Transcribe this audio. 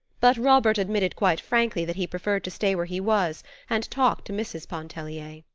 but robert admitted quite frankly that he preferred to stay where he was and talk to mrs. pontellier.